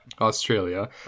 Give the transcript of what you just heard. Australia